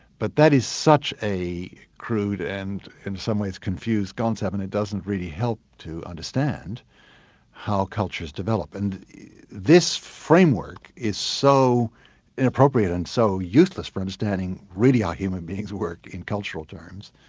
but that is such a crude and in some ways confused concept and it doesn't really help to understand how cultures develop. and this framework is so inappropriate and so useless for understanding really how ah human beings work in cultural terms,